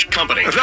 company